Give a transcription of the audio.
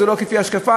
זה לא כפי השקפתי,